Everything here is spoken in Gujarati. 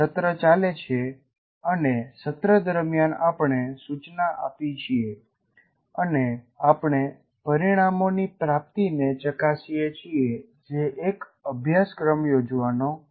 સત્ર ચાલે છે અને સત્ર દરમિયાન આપણે સૂચના આપી છીએ અને આપણે પરિણામોની પ્રાપ્તિને ચકાસીએ છીએ જે એક અભ્યાસક્રમ યોજવાનો ક્રમ છે